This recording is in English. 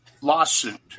lawsuit